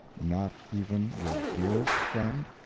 not even your dearest friend?